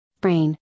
brain